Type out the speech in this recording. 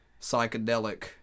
psychedelic